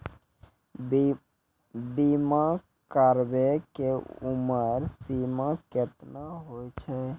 बीमा कराबै के उमर सीमा केतना होय छै?